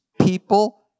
people